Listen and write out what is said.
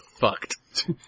fucked